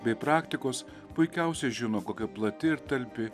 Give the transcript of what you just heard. bei praktikos puikiausiai žino kokia plati ir talpi